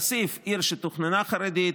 כסיף, עיר שתוכננה חרדית.